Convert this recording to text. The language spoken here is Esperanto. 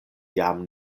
jam